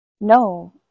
no